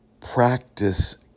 practice